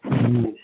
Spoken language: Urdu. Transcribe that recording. جی